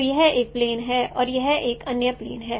तो यह एक प्लेन है और यह एक अन्य प्लेन है